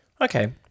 Okay